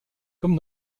comme